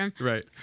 Right